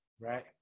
Right